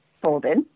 folded